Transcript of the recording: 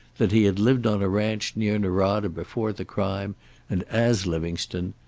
that he had lived on a ranch near norada before the crime and as livingstone,